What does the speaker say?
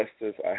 Justice